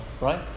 right